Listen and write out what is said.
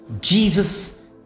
Jesus